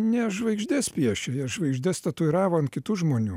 ne žvaigždes piešė jie žvaigždes tatuiravo ant kitų žmonių